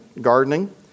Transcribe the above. gardening